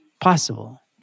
possible